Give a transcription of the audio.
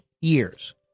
years